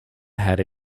had